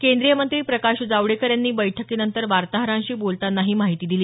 केंद्रीय मंत्री प्रकाश जावडेकर यांनी बैठकीनंतर वार्ताहांशी बोलताना ही माहिती दिली